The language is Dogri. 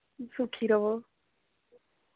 सुखी र'वो